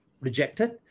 rejected